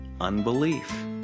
unbelief